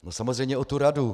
No samozřejmě o tu radu.